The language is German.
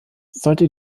sollte